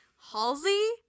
Halsey